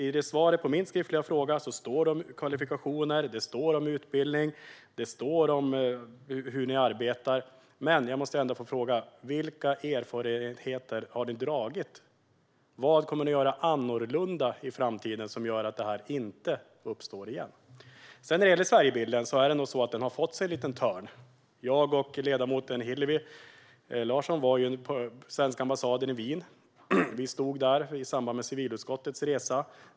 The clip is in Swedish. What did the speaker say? I svaret på min skriftliga fråga nämns kvalifikationer, utbildning och hur ni arbetar, men jag måste ändå få fråga: Vilka lärdomar har ni dragit? Vad kommer ni att göra annorlunda i framtiden som gör att detta inte uppstår igen? När det gäller Sverigebilden är det nog så att den har fått sig en liten törn. Jag och ledamoten Hillevi Larsson var på svenska ambassaden i Wien i samband med civilutskottets resa.